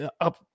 up